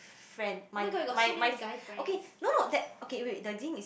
friend my my my okay no no that okay wait the thing is